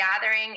gathering